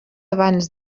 abans